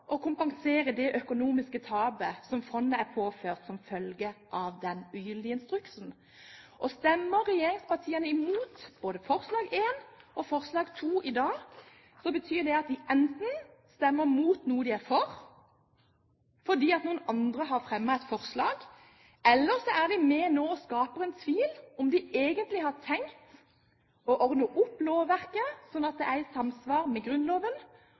å kompensere det økonomiske tapet som fondet er påført, som følge av den ugyldige instruksen. Stemmer regjeringspartiene imot både I og II i dag, betyr det at de enten stemmer imot noe de er for, fordi noen andre har fremmet forslag, eller så er de nå med og reiser tvil om de egentlig har tenkt å ordne opp i lovverket, slik at det blir i samsvar med Grunnloven,